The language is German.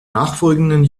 nachfolgenden